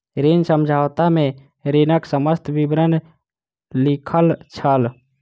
ऋण समझौता में ऋणक समस्त विवरण लिखल छल